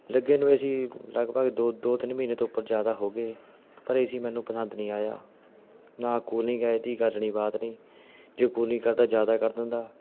ਲੱਗੇ ਨੂੰ A C ਲਗਭਗ ਦੋ ਦੋ ਤਿੰਨ ਮਹੀਨੇ ਤੋਂ ਉੱਪਰ ਜ਼ਿਆਦਾ ਹੋ ਗਏ ਪਰ ਏ ਸੀ ਮੈਨੂੰ ਪਸੰਦ ਨਹੀਂ ਆਇਆ ਨਾ ਕੂਲਿੰਗ ਆ ਇਹਦੀ ਗੱਲ ਨਹੀਂ ਬਾਤ ਨਹੀਂ ਜੇ ਕੂਲਿੰਗ ਕਰਦਾ ਜ਼ਿਆਦਾ ਕਰ ਦਿੰਦਾ